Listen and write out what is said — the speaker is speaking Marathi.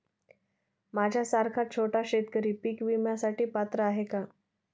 माझ्यासारखा छोटा शेतकरी पीक विम्यासाठी पात्र आहे का?